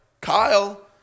Kyle